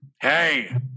Hey